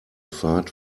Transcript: fahrt